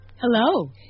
Hello